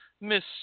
Miss